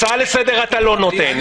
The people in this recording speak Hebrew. הצעה לסדר אתה לא נותן,